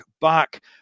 back